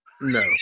No